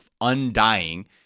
undying